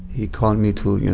he called me to, yeah